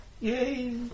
Yay